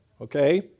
Okay